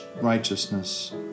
righteousness